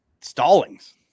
Stallings